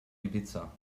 ibiza